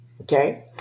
Okay